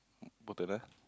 important ah